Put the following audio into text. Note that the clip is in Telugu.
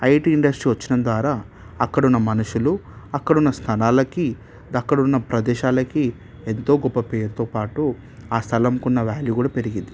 ఐటి ఇండస్ట్రీ వచ్చిన దాని ద్వారా అక్కడ ఉన్న మనుషులు అక్కడ ఉన్న స్థలాలకి అక్కడ ఉన్న ప్రదేశాలకి ఎంతో గొప్ప పేరుతో పాటు ఆ స్థలంకున్న వ్యాల్యూ కూడా పెరిగింది